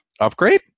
Upgrade